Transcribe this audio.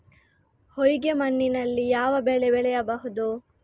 ಹೊಯ್ಗೆ ಮಣ್ಣಿನಲ್ಲಿ ಯಾವ ಬೆಳೆ ಬೆಳೆಯಬಹುದು?